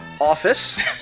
office